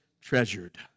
treasured